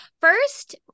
First